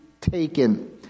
taken